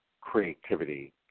creativity